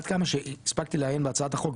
עד כמה שהספקתי לעיין בהצעת החוק,